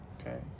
Okay